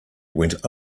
went